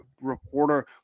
reporter